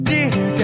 Dear